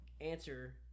answer